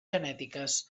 genètiques